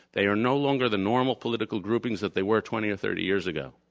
they are no longer the normal political groupings that they were twenty or thirty years ago.